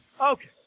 Okay